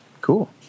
Cool